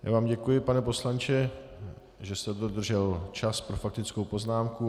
Já vám děkuji, pane poslanče, že jste dodržel čas pro faktickou poznámku.